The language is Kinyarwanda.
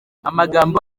amagambo